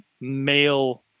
male